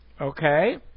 okay